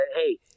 hey